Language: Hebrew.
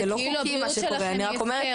כאילו הבריאות שלכם הפקר.